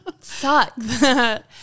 sucks